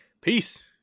peace